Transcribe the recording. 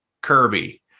Kirby